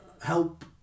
help